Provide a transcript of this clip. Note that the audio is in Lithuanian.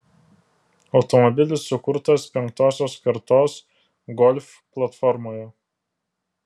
automobilis sukurtas penktosios kartos golf platformoje